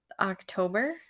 October